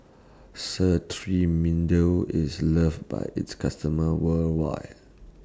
IS loved By its customers worldwide